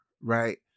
right